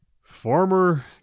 former